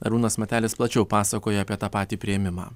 arūnas matelis plačiau pasakoja apie tą patį priėmimą